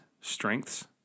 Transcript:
strengths